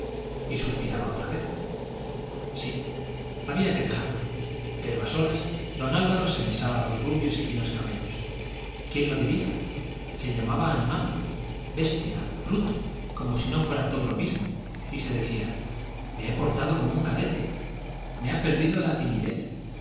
y suspiraba otra vez sí había que dejarla pero a solas don álvaro se mesaba los rubios y finos cabellos quién lo diría se llamaba animal bestia bruto como si no fuera todo lo mismo y se decía me he portado como un cadete me ha perdido la timidez